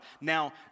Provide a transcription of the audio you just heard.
Now